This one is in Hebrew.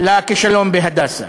על הכישלון ב"הדסה".